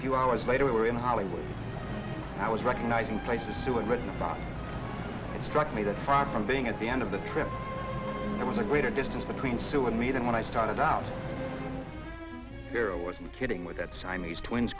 few hours later we were in hollywood i was recognizing places suing written about it struck me that far from being at the end of the trip there was a greater distance between sue and me than when i started out here i wasn't kidding with that siamese twins